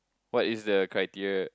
what is the criteria